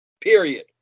period